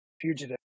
Fugitive